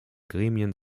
gremien